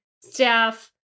staff